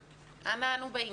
אנה אנו באים.